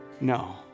No